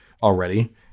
already